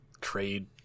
trade